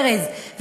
ארז,